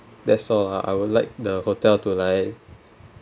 that's all I would like the hotel to like